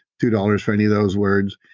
two dollars for any of those words,